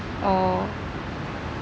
oh